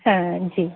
हाँ जी